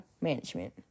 management